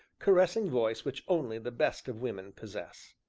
caressing voice which only the best of women possess.